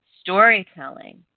Storytelling